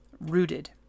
rooted